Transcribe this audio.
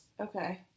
Okay